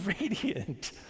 radiant